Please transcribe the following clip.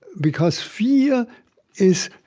because fear is